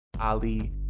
Ali